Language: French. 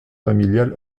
familiale